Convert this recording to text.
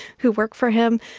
who work for him.